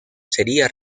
sería